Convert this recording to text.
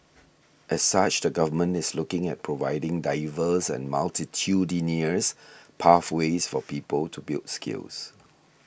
as such the Government is looking at providing diverse and multitudinous pathways for people to build skills